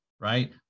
right